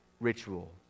ritual